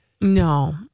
No